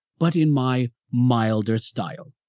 but in my milder style.